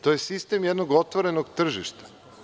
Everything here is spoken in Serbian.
To je sistem jednog otvorenog tržišta.